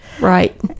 right